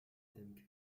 dem